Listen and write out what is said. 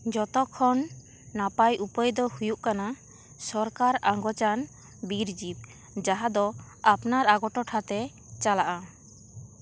ᱡᱚᱛᱚ ᱠᱷᱚᱱ ᱱᱟᱯᱟᱭ ᱩᱯᱟᱹᱭ ᱫᱚ ᱦᱩᱭᱩᱜ ᱠᱟᱱᱟ ᱥᱚᱨᱠᱟᱨ ᱟᱸᱜᱚᱪᱟᱱ ᱵᱤᱨ ᱡᱤᱵᱽ ᱡᱟᱦᱟᱸ ᱫᱚ ᱟᱯᱱᱟᱨ ᱟᱜᱚ ᱴᱚᱴᱷᱟ ᱛᱮ ᱪᱟᱞᱟᱜᱼᱟ